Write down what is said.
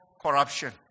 corruption